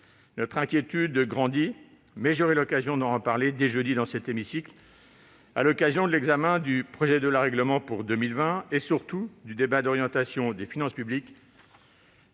notre inquiétude grandit, mais j'aurai l'occasion d'en reparler dès jeudi dans cet hémicycle, à l'occasion de l'examen du projet de loi de règlement pour 2020 et, surtout, du débat d'orientation des finances publiques,